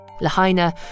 Lahaina